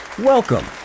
welcome